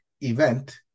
event